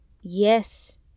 Yes